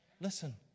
Listen